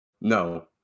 No